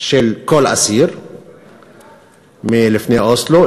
של כל אסיר מלפני אוסלו,